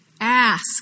Ask